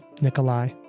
Nikolai